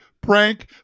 prank